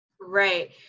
right